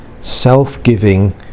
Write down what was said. self-giving